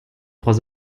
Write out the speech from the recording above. trois